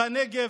בנגב,